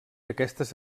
aquestes